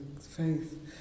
faith